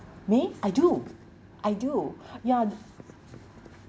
me I do I do ya